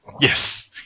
Yes